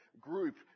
group